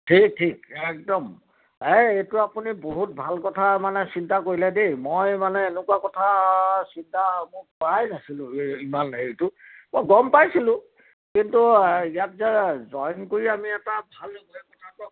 ঠিক ঠিক একদম এই এইটো আপুনি বহুত ভাল কথা মানে চিন্তা কৰিলে দেই মই মানে এনেকুৱা কথা চিন্তা অমুক কৰাই নাছিলোঁ ইমান হেৰিতো মই গম পাইছিলোঁ কিন্তু ইয়াত যে জইন কৰি আমি এটা ভাল